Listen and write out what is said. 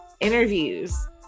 interviews